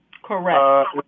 Correct